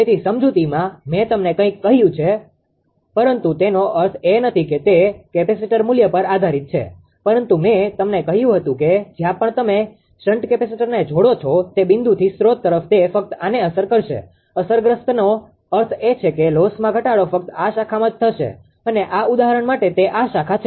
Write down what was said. તેથી સમજૂતીમાં મેં તમને કંઈક કહ્યું હતું પરંતુ તેનો અર્થ એ નથી કે તે કેપેસિટર મૂલ્ય પર આધારિત છે પરંતુ મેં તમને કહ્યું હતું કે જ્યાં પણ તમે શન્ટકેપેસિટરને જોડો છો તે બિંદુથી સ્રોત તરફ તે ફક્ત આને અસર કરશે અસરગ્રસ્તનો અર્થ એ છે કે લોસમાં ઘટાડો ફક્ત આ શાખામાં જ થશે અને આ ઉદાહરણ માટે તે આ શાખા છે